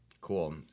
Cool